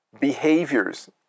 behaviors